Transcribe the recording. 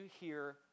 hear